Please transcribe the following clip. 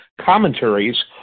commentaries